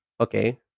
okay